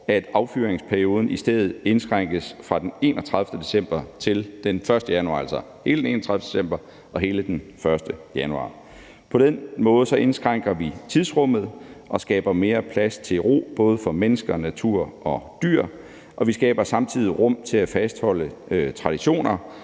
til den 1. januar, altså hele den 31. december og hele den 1. januar. På den måde indskrænker vi tidsrummet og skaber mere plads til ro, både for mennesker, natur og dyr, og vi skaber samtidig et rum til at fastholde nogle traditioner,